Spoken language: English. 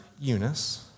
Eunice